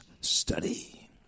study